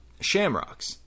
Shamrocks